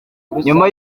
nyuma